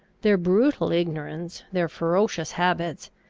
their brutal ignorance, their ferocious habits,